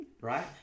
right